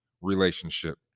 relationship